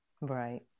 Right